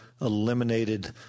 eliminated